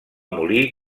molí